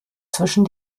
zwischen